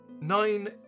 nine